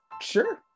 sure